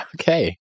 okay